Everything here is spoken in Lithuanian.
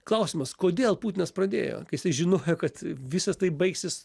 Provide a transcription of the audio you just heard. klausimas kodėl putinas pradėjo kai jisai žinojo kad visa tai baigsis